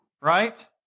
right